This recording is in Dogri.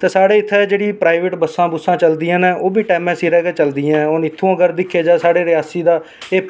ते साढ़ी इत्थें प्राइवेट बस्सां चलदियां न ओह् बी टाइमां सिरा चलदियां न हून अगर दिक्खेआ जा ते एह् रियासी दा